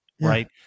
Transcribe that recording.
right